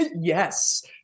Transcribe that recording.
Yes